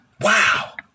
Wow